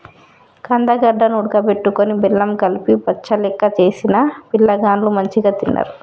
కందగడ్డ ను ఉడుకబెట్టుకొని బెల్లం కలిపి బచ్చలెక్క చేసిన పిలగాండ్లు మంచిగ తిన్నరు